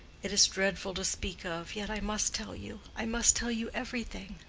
it is dreadful to speak of, yet i must tell you i must tell you everything.